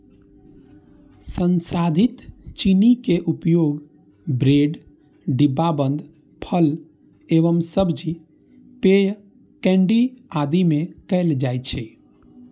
संसाधित चीनी के उपयोग ब्रेड, डिब्बाबंद फल एवं सब्जी, पेय, केंडी आदि मे कैल जाइ छै